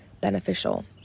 beneficial